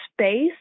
space